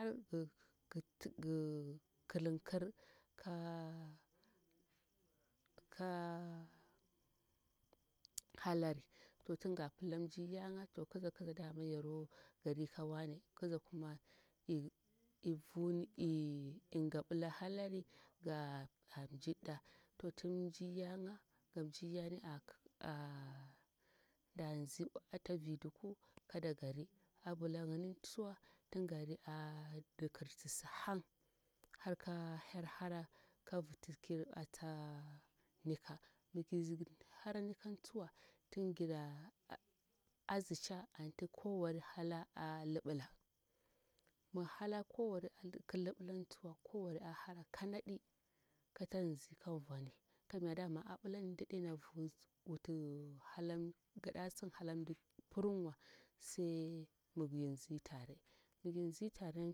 Gi kilinkir kahalari to tunga pilla m. jiryan ga to giza giza dama yaro gari kawane giza kuma ingaɓila halari ya mjiɗɗa to ti mjir yaga ka mjir yani a da nzi ata viduku kada gari ambila yini tsuwa tun gari andikirtisi hang har ka hel hara kavitigir ata nika migir hara nikan tsuwa tun gira azi ca atu atu kowan hala a lubula mi hala kowari ki lubulan tsuwa kowari a hara kanaɗi katanzi kanvoni kamya dama a ɓilan daɗena wutu gadasin halamdi purumniwa sai migirinzi tare migiri nzi taren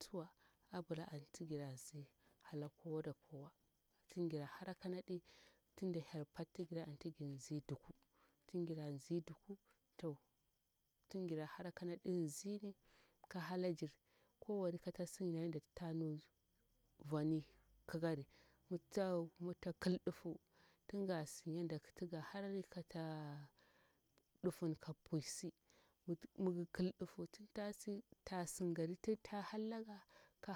tsuwa abila anti gira sin hak kowa da kowa tun gira hara kanadi tunda hel pattiigir antu girin zi duku tun gira nzi duku to tungira hara kana ɗin zin ka halagir kowari katasin yanda tuta nu nvoni kikari mitsakil ɗufu tunga sin yanda tugaharari kata ɗufun ka puyisi migikil dufu tuntasi tasin gari natuta hallaga ka